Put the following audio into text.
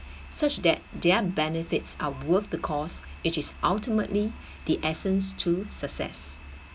such that their benefits are worth the cause which is ultimately the essence to success